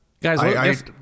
Guys